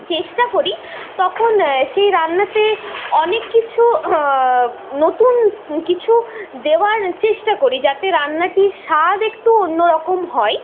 চেষ্টা করি তখন সেই রান্নাতে অনেক কিছু নতুন কিছু দেওয়ার চেষ্টা করি যাতে রান্নাটির স্বাদ একটু অন্য রকম হয়